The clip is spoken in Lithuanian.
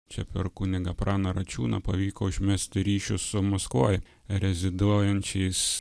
čia per kunigą praną račiūną pavyko užmegzti ryšius su maskvoj reziduojančiais